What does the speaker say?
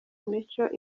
micho